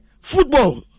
football